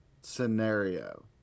scenario